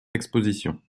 exposition